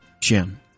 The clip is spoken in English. Jim